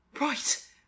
Right